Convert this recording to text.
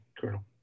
Colonel